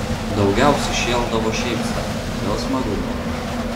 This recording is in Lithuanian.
daugiausiai šėldavo šiaip sau dėl smagumo